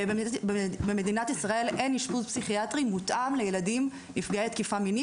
במדינת ישראל אין אשפוז פסיכיאטרי מותאם לילדים נפגעי תקיפה מינית.